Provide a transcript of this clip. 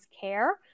care